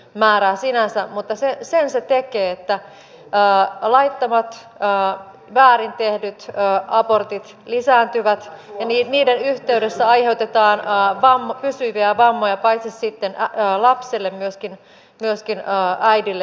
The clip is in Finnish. määrää sinänsä mutta sen se tekee että laittomat väärin tehdyt abortit lisääntyvät ja niiden yhteydessä aiheutetaan pysyviä vammoja ja myöskin kuolemantuottamuksia paitsi lapselle myöskin äidille